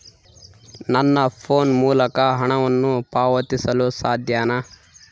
ನನ್ನ ಫೋನ್ ಮೂಲಕ ಹಣವನ್ನು ಪಾವತಿಸಲು ಸಾಧ್ಯನಾ?